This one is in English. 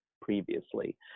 previously